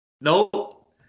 Nope